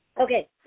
Okay